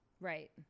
Right